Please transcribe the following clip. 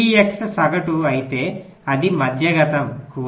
P x సగటు అయితే అది మధ్యగతం కూడా